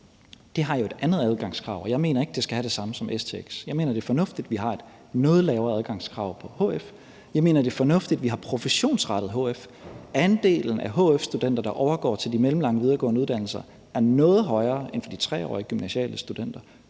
Det har jo et andet adgangskrav, og jeg mener ikke, at det skal have det samme som stx. Jeg mener, det er fornuftigt, at vi har et noget lavere adgangskrav til hf. Jeg mener, det er fornuftigt, at vi har professionsrettet hf. Andelen af hf-studenter, der overgår til de mellemlange og videregående uddannelser, er noget højere end for de 3-årige gymnasiale studenter.